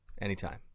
Anytime